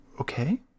Okay